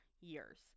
years